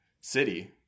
city